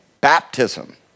Baptism